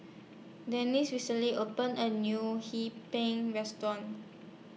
Dezzie recently opened A New Hee Pan Restaurant